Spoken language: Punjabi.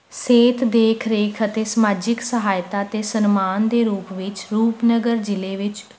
ਸਿਹਤ ਦੇਖ ਰੇਖ ਅਤੇ ਸਮਾਜਿਕ ਸਹਾਇਤਾ ਅਤੇ ਸਨਮਾਨ ਦੇ ਰੂਪ ਵਿੱਚ ਰੂਪਨਗਰ ਜ਼ਿਲ੍ਹੇ ਵਿੱਚ